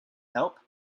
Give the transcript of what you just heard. help